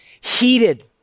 heated